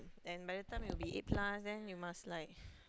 and by the time it will eight plus then you must like